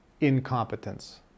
incompetence